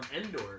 Endor